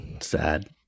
sad